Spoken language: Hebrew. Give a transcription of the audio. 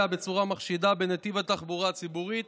בצורה מחשידה בנתיב התחבורה הציבורית